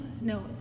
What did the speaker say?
no